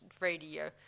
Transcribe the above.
radio